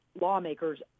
lawmakers